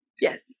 Yes